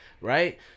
right